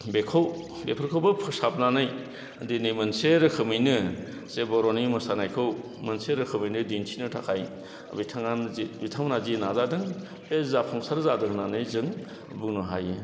बेखौ बेफोरखौबो फोसाबनानै दिनै मोनसे रोखोमैनो जे बर'नि मोसानायखौ मोनसे रोखोमैनो दिन्थिनो थाखाय बिथाङानो जे बिथांमोना जे नाजादों बे जाफुंसार जादों होन्नानै जों बुंनो हायो